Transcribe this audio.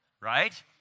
Right